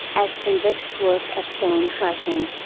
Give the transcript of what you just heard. as convicts work at stone crushing,